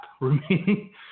remaining